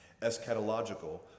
eschatological